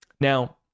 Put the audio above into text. now